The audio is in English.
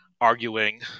arguing